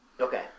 okay